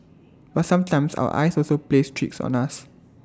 but sometimes our eyes also plays tricks on us